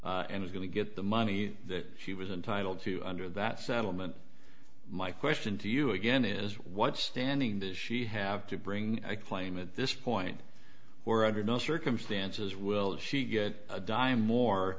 settled and is going to get the money that she was entitled to under that settlement my question to you again is what standing does she have to bring a claim at this point or under no circumstances will she get a dime more